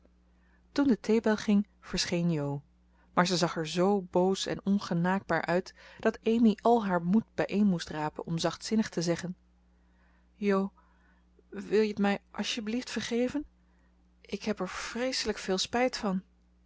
toen de theebel ging verscheen jo maar ze zag er zoo boos en ongenaakbaar uit dat amy al haar moed bijeen moest rapen om zachtzinnig te zeggen jo wil je t mij als t je blieft vergeven ik heb er vreeselijk veel spijt van